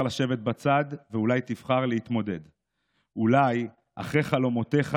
לשבת בצד ואולי תבחר להתמודד / אולי אחרי חלומותיך,